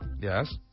yes